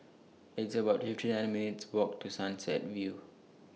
It's about fifty three minutes' Walk to Sunset View